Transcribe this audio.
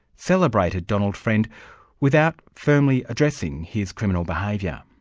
celebrated donald friend without firmly addressing his criminal behaviour.